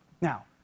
Now